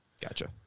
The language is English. gotcha